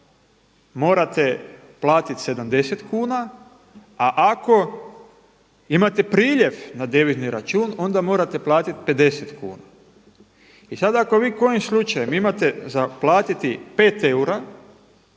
morate platiti 70 kuna a ako imate priljev na devizni račun onda morate platiti 50 kuna. I sada ako vi kojim slučajem imate za platiti 5 eura,